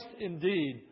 indeed